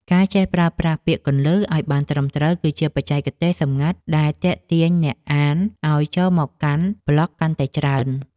ការចេះប្រើប្រាស់ពាក្យគន្លឹះ ឱ្យបានត្រឹមត្រូវ គឺជាបច្ចេកទេសសម្ងាត់ដែលទាក់ទាញអ្នកអានឱ្យចូលមកកាន់ប្លក់កាន់តែច្រើន។